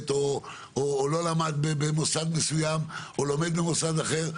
או לא למד במוסד מסוים או לומד במוסד אחר,